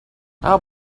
how